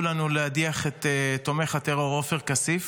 לנו להדיח את תומך הטרור עופר כסיף.